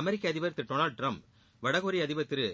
அமெிக்க அதிபர் திரு டொனால்டு டிரம்ப் வடகொரிய அதிபர் திரு